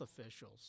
officials